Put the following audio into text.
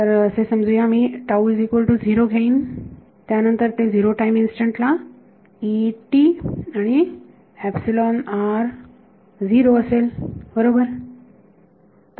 तर असे समजूया मी घेईन त्यानंतर ते झिरो टाईम इन्स्टंट ला आणि असेल बरोबर